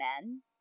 men